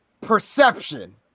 Perception